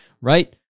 right